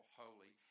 holy